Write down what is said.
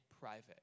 private